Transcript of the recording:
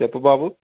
చెప్పు బాబు